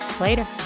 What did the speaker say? Later